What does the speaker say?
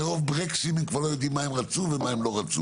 מרוב ברקסים הם כבר לא יודעים מה הם רצו ומה הם לא רצו.